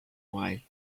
why